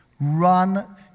run